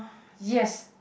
yes